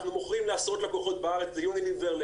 אנחנו מוכרים לעשרות לקוחות בארץ יוניליבר,